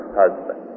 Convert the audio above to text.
husband